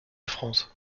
france